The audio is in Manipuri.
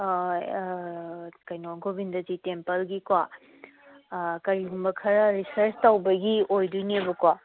ꯀꯩꯅꯣ ꯒꯣꯚꯤꯟꯗꯖꯤ ꯇꯦꯝꯄꯜꯒꯤꯀꯣ ꯀꯔꯤꯒꯨꯝꯕ ꯈꯔ ꯔꯤꯁꯔꯁ ꯇꯧꯕꯒꯤ ꯑꯣꯏꯗꯣꯏꯅꯦꯕꯀꯣ